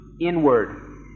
inward